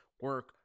Work